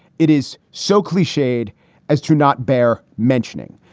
it is so cliched as to not bear mentioning.